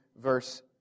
verse